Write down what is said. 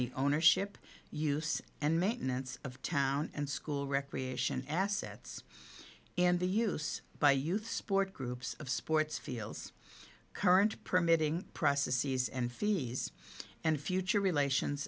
the ownership use and maintenance of town and school recreation assets and the use by youth sports groups of sports fields current permitting processes and fees and future relations